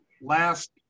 last